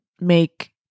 make